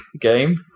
game